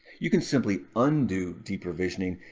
you can simply undo deprovisioning.